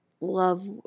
Love